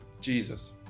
Jesus